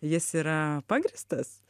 jis yra pagrįstas